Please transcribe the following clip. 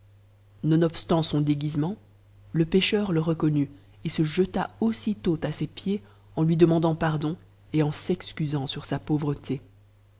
nonobstant son déguisement le pécheur le rcco nul et se jeta aussitôt a ses pieds en lui demandant pardon et en s'excusant sur sa pauvreté